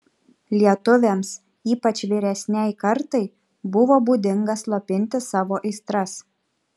lietuviams ypač vyresnei kartai buvo būdinga slopinti savo aistras